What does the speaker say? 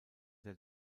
der